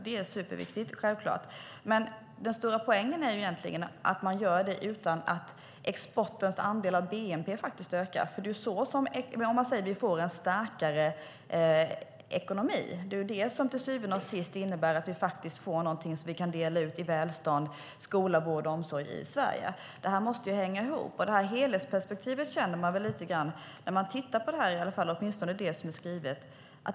Det är självklart superviktigt, men den stora poängen är egentligen att göra det utan att exportens andel av bnp ökar. Det är ju så vi får en starkare ekonomi. Det är det som till syvende och sist innebär att vi får något som vi kan dela ut i välstånd, skola, vård och omsorg i Sverige. Detta måste hänga ihop. Det helhetsperspektivet känner man lite grann saknas när man tittar på detta, åtminstone det som är skrivet.